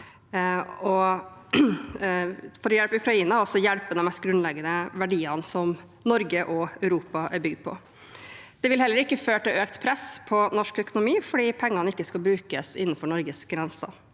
for å hjelpe Ukraina og også støtte opp under de mest grunnleggende verdiene som Norge og Europa er bygd på. Det vil heller ikke føre til økt press på norsk økonomi, for pengene skal ikke brukes innenfor Norges grenser.